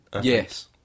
yes